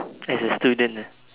as a student